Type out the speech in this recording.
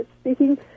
speaking